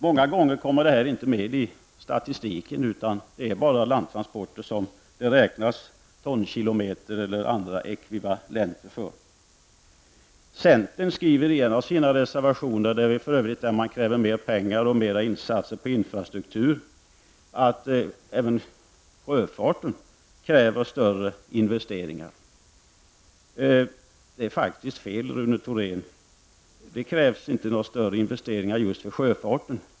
Ofta kommer inte det här med i statistiken. Det är bara landtransporter som räknas -- tonkilometer eller andra ekvivalenter. Centern skriver i en av sina reservationer -- där man för övrigt kräver mera pengar och större insatser beträffande infrastrukturen -- att även sjöfarten kräver större investeringar. Det är faktiskt fel, Rune Thorén: det krävs inte några större investeringar för just sjöfarten.